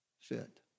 fit